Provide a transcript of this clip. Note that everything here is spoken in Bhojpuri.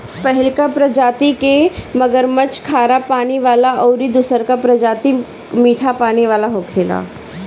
पहिलका प्रजाति के मगरमच्छ खारा पानी वाला अउरी दुसरका प्रजाति मीठा पानी वाला होखेला